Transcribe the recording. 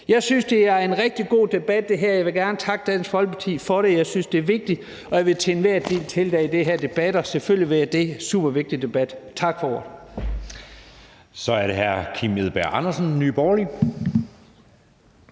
Jeg synes, det er en rigtig god debat, og jeg vil gerne takke Dansk Folkeparti for den. Jeg synes, det er vigtigt, og jeg vil til enhver tid deltage i de her debatter, selvfølgelig vil jeg det. Det er en supervigtig debat. Tak for ordet. Kl. 10:22 Anden næstformand